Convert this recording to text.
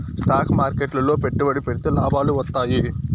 stock మార్కెట్లు లో పెట్టుబడి పెడితే లాభాలు వత్తాయి